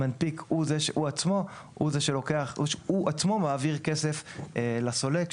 המנפיק הוא עצמו מעביר כסף לסולק,